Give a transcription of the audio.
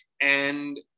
and-